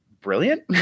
brilliant